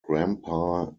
grampa